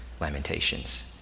Lamentations